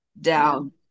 down